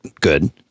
good